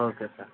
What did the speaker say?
okay sir